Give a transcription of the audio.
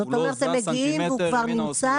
זאת אומרת הם מגיעים והוא כבר נמצא,